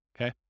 okay